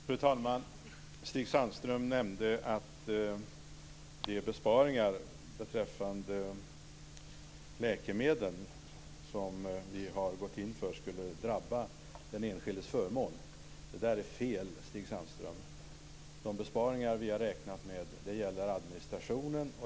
Fru talman! Stig Sandström nämnde att de besparingar beträffande läkemedel som vi har gått in för skulle drabba den enskildes förmån. Det är fel, Stig Sandström. De besparingar vi har räknat med gäller administrationen.